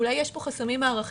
אולי יש פה חסמים מערכתיים?